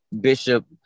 Bishop